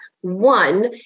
one